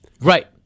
Right